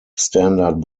standard